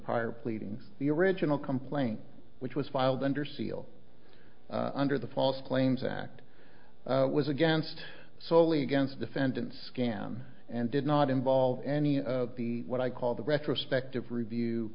prior pleadings the original complaint which was filed under seal under the false claims act was against solely against defendants can and did not involve any of the what i call the retrospective review